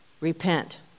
repent